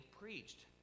preached